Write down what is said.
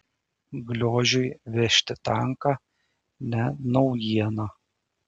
gliožiui vežti tanką ne naujiena